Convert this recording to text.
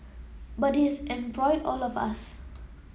but it has embroiled all of us